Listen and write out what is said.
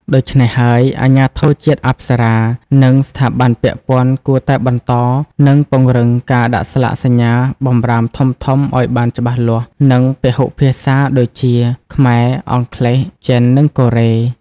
ដូច្នេះហើយ អាជ្ញាធរជាតិអប្សរា និងស្ថាប័នពាក់ព័ន្ធគួរតែបន្ត និងពង្រឹងការដាក់ស្លាកសញ្ញាបម្រាមធំៗអោយបានច្បាស់លាស់ និងពហុភាសាដូចជា ខ្មែរ អង់គ្លេស ចិន និងកូរ៉េ។